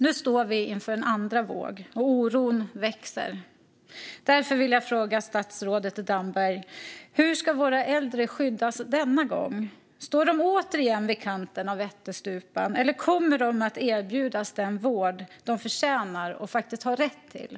Nu står vi inför en andra våg, och oron växer. Därför vill jag fråga statsrådet Damberg: Hur ska våra äldre skyddas denna gång? Står de återigen vid kanten av ättestupan eller kommer de att erbjudas den vård de förtjänar och faktiskt har rätt till?